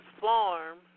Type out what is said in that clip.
farm